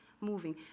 moving